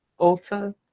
Ulta